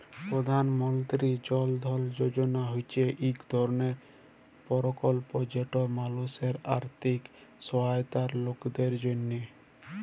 পধাল মলতিরি জল ধল যজলা হছে ইক ধরলের পরকল্প যেট মালুসের আথ্থিক সহায়তার লকদের জ্যনহে